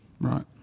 Right